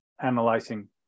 analyzing